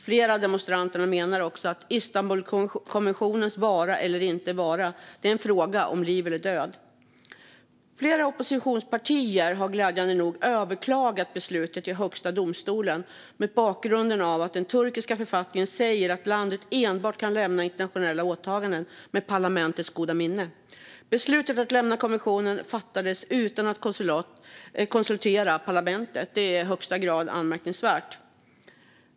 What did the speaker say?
Flera av demonstranterna menar att Istanbulkonventionens vara eller inte vara är en fråga om liv och död. Flera oppositionspartier har glädjande nog överklagat beslutet till högsta domstolen mot bakgrund av att den turkiska författningen säger att landet enbart kan lämna internationella åtaganden med parlamentets goda minne. Beslutet att lämna konventionen fattades utan att parlamentet konsulterades, och det är i högsta grad anmärkningsvärt.